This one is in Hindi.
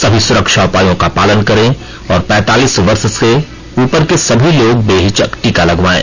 सभी सुरक्षा उपायों का पालन करें और पैंतालीस वर्ष से उपर के सभी लोग बेहिचक टीका लगवायें